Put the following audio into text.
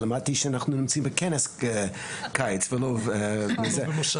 למדתי שאנחנו נמצאים בכנס קיץ ולא במושב קיץ.